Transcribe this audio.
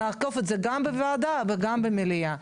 נעקוף את זה גם בוועדה וגם במליאה.